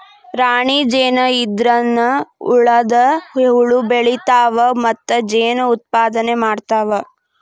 ರಾಣಿ ಜೇನ ಇದ್ರನ ಉಳದ ಹುಳು ಬೆಳಿತಾವ ಮತ್ತ ಜೇನ ಉತ್ಪಾದನೆ ಮಾಡ್ತಾವ